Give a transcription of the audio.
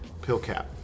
PillCap